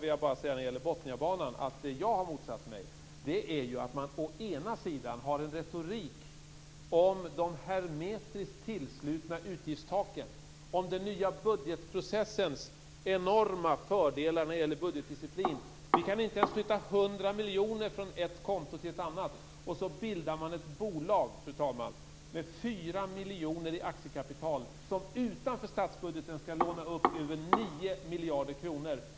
Det jag har motsatt mig vad gäller Botniabanan är att man å ena sidan har en retorik om de hermetiskt tillslutna utgiftstaken och om den nya budgetprocessens enorma fördelar vad gäller budgetdisciplin - vi kan inte ens flytta 100 miljoner från ett konto till ett annat - och att man å andra sidan bildar ett bolag med 4 miljoner i aktiekapital, som utanför statsbudgeten skall låna upp över 9 miljarder kronor.